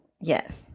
Yes